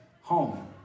home